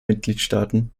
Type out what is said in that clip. mitgliedstaaten